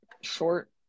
short